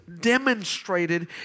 demonstrated